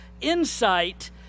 insight